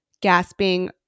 gasping